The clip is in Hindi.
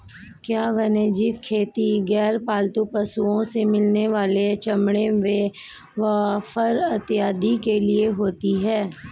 क्या वन्यजीव खेती गैर पालतू पशुओं से मिलने वाले चमड़े व फर इत्यादि के लिए होती हैं?